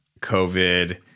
COVID